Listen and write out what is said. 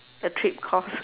the trip costs